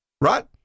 right